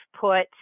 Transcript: put